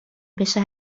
بشه